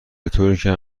بطوریکه